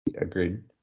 Agreed